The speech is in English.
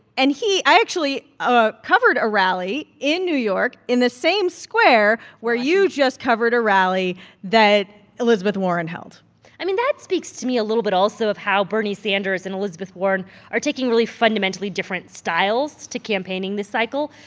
and i actually ah covered a rally in new york in the same square where you just covered a rally that elizabeth warren held i mean, that speaks to me a little bit also of how bernie sanders and elizabeth warren are taking really fundamentally different styles to campaigning this cycle.